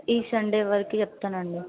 ఈ సండే వరకు చెప్తాను అండి